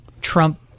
Trump